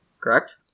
correct